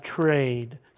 trade